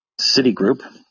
Citigroup